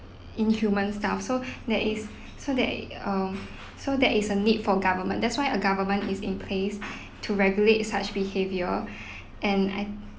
in human style so that is so that err so there is a need for government that's why a government is in place to regulate such behavior and I